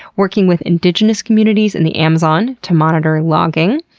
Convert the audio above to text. working with indigenous communities in the amazon to monitor logging,